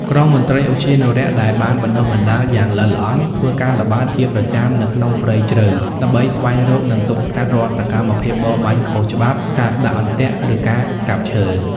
ក្រុមមន្ត្រីឧទ្យានុរក្សដែលបានបណ្ដុះបណ្ដាលយ៉ាងល្អិតល្អន់ ធ្វើការល្បាតជាប្រចាំនៅក្នុងព្រៃជ្រៅ ដើម្បីស្វែងរក និងទប់ស្កាត់រាល់សកម្មភាពបរបាញ់ខុសច្បាប់ ការដាក់អន្ទាក់ ឬការកាប់ឈើ។